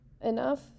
enough